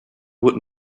would